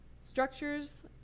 structures